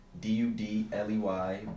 D-U-D-L-E-Y